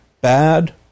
bad